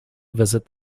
visit